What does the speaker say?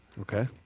Okay